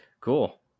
Cool